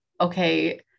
Okay